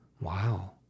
Wow